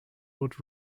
would